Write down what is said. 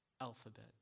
alphabet